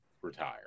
Retire